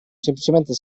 semplicemente